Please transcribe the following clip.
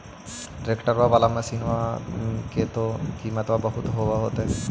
ट्रैक्टरबा बाला मसिन्मा के तो किमत्बा बहुते होब होतै?